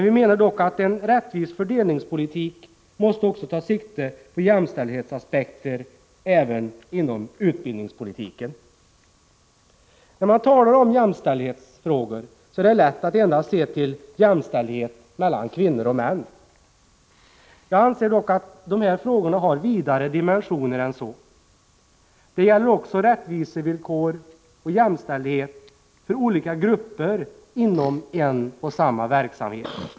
Vi menar dock att en rättvis fördelningspolitik måste ta sikte också på jämställdhetsaspekter, även inom utbildningspolitiken. När man talar om jämställdhetsfrågor är det lätt att endast se till jämställdhet mellan kvinnor och män. Jag anser dock att dessa frågor har vidare dimensioner än så. De gäller också rättvisevillkor och jämställdhet för olika grupper inom en och samma verksamhet.